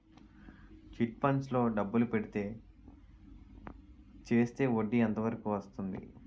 Chit funds లో డబ్బులు పెడితే చేస్తే వడ్డీ ఎంత వరకు వస్తుంది?